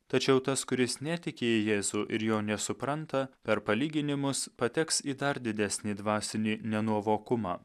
tačiau tas kuris netiki į jėzų ir jo nesupranta per palyginimus pateks į dar didesnį dvasinį nenuovokumą